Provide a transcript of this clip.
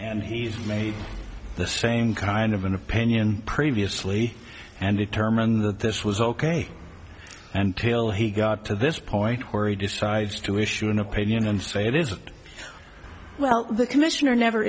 and he's made the same kind of an opinion previously and determined that this was ok until he got to this point where he decides to issue an opinion and say it is well the commissioner never